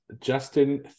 Justin